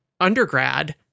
undergrad